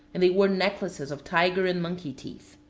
and they wore necklaces of tiger and monkey teeth.